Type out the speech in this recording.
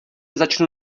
začnu